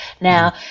Now